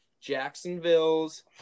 Jacksonville's